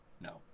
No